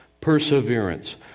perseverance